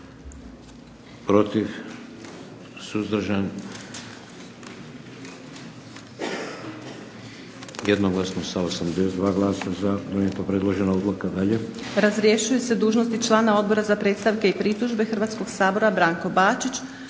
Protiv? Suzdržan? Jednoglasno sa 82 glasa za donijeta je predložena odluka. Dalje. **Majdenić, Nevenka (HDZ)** Razrješuje se dužnosti člana Odbora za predstavke i pritužbe Hrvatskog sabora Branko Bačić.